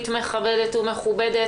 מכבדת ומכובדת,